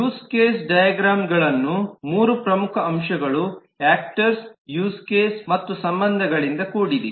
use case ಡೈಗ್ರಾಮ್ಗಳನ್ನು 3 ಪ್ರಮುಖ ಅಂಶಗಳು ಯಾಕ್ಟರ್ ಯೂಸ್ ಕೇಸ್ ಮತ್ತು ಸಂಬಂಧಗಳಿಂದ ಕೂಡಿದೆ